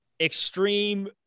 extreme